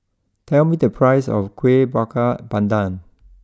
tell me the price of Kuih Bakar Pandan